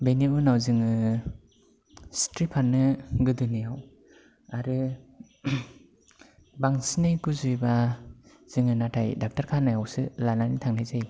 बेनि उनाव जोङो सिथ्रि फानो गोदोनायाव आरो बांसिनै गुजुयोब्ला जोङो नाथाय ड'क्टरखानायावसो लानानै थांनाय जायो